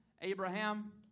Abraham